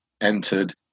entered